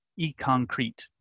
Econcrete